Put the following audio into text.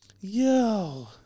Yo